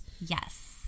yes